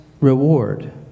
reward